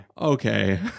okay